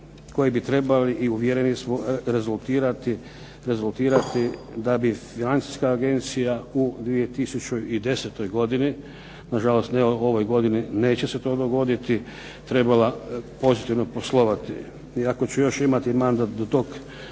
koji bi trebali i uvjereni smo rezultirati da bi financijska agencija u 2010. godini, nažalost u ovoj godini se neće to dogoditi, trebala pozitivno poslovati. I ako ću još imati mandat do toga